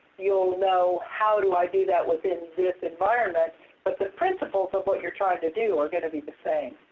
you'll know, how do i do that within this environment. but the principles of what you're trying to do are going to be the same.